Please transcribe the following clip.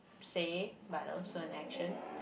say but also an action